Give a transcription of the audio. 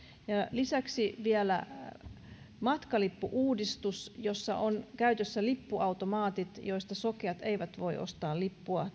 lisäksi on vielä matkalippu uudistus jossa on käytössä lippuautomaatit joista sokeat eivät voi ostaa lippua